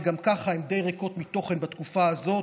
שגם ככה הן די ריקות מתוכן בתקופה הזאת,